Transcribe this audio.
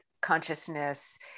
consciousness